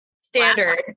standard